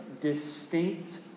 distinct